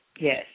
yes